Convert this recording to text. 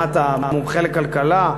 מה, אתה מומחה לכלכלה?